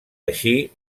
així